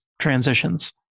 transitions